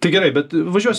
tai gerai bet važiuos